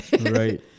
Right